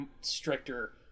stricter